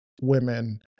women